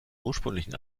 ursprünglichen